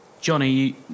Johnny